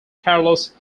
carlos